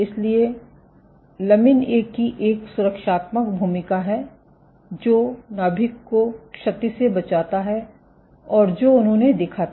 इसलिए lamin A की एक सुरक्षात्मक भूमिका है जो नाभिक को क्षति से बचाता है और जो उन्होंने देखा था